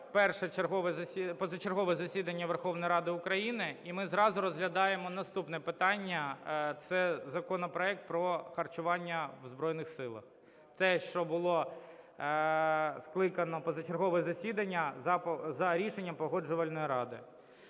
позачергове засідання Верховної Ради України. І ми зразу розглядаємо наступне питання – це законопроект про харчування в Збройних Силах, це що було скликане позачергове засідання за рішенням Погоджувальної ради.